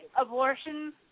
abortion